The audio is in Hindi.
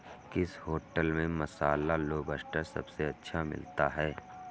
किस होटल में मसाला लोबस्टर सबसे अच्छा मिलता है?